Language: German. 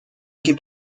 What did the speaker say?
gibt